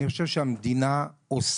אני חושב שבהרבה תחומים המדינה עושה,